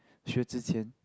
Xue-Zhi-Qian